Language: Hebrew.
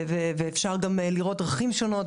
ואפשר גם לראות דרכים שונות,